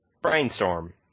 Brainstorm